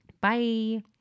Bye